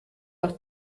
auch